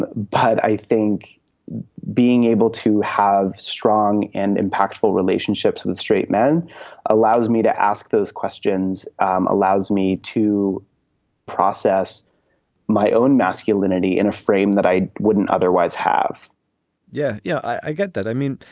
but but i think being able to have strong and impactful relationships with straight men allows me to ask those questions, allows me to process my own masculinity in a frame that i wouldn't otherwise have yeah, yeah, i get that. i mean,